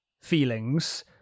feelings